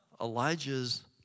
Elijah's